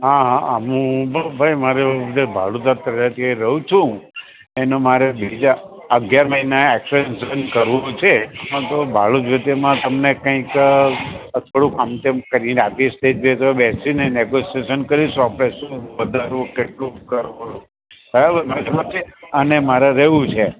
હાં હાં હું ભઈ મારુ ભાડું જે રહું છું એનો મારે બીજા અગિયાર મહિને એક્સટેન્શન કરવું છે હાં ભાડું જોઈતું હોય તે મારે તમને કંઈક થોડુંક આમ તેમ કરીને આપીશ તો બેસીને નેગોશીએશન કરીશું આપણે શું વધારવું કેટલું કરવું બરાબર અને મારે રહેવું છે